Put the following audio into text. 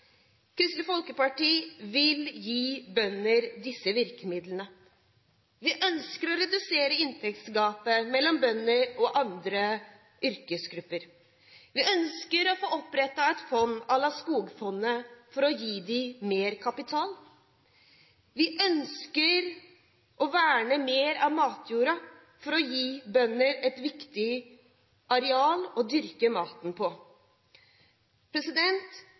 Kristelig Folkeparti vil gi bønder disse virkemidlene. Vi ønsker å redusere inntektsgapet mellom bønder og andre yrkesgrupper. Vi ønsker å få opprettet et fond à la skogfondet for å gi dem mer kapital. Vi ønsker å verne mer av matjorda for å gi bønder viktige areal å dyrke maten på.